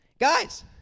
Guys